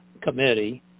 Committee